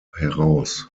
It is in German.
heraus